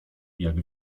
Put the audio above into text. jak